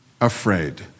afraid